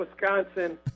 Wisconsin